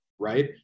Right